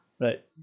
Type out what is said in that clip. right